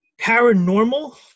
paranormal